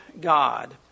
god